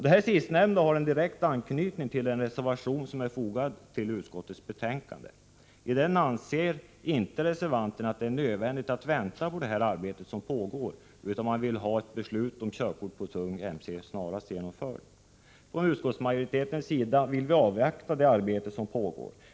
Det sistnämnda har en direkt anknytning till den reservation som är fogad vid utskottets betänkande. Reservanterna anser inte att det är nödvändigt att vänta på det arbete som pågår, utan man vill att ett beslut om körkort för tung mc skall fattas med det snaraste. Från utskottsmajoritetens sida vill vi avvakta det arbete som pågår.